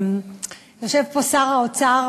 יושב פה שר האוצר,